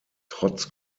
trotz